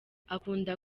akunda